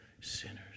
sinners